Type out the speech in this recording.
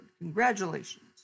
Congratulations